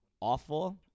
awful